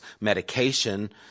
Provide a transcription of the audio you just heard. medication